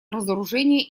разоружения